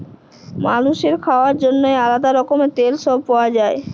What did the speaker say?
মালুসের খাওয়ার জন্যেহে আলাদা রকমের তেল সব পাওয়া যায়